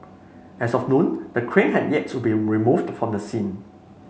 as of noon the crane had yet to be removed from the scene